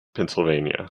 pennsylvania